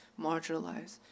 marginalized